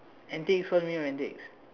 antics what you mean by antics